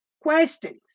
Questions